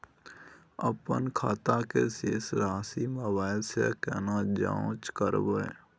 अपन खाता के शेस राशि मोबाइल से केना जाँच करबै?